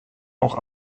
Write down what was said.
auch